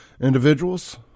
individuals